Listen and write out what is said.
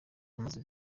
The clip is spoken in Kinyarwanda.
yamaze